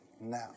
now